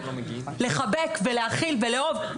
לחבק ולהכיל ולאהוב.